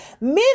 Men